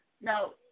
no